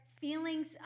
feelings